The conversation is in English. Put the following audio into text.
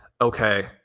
okay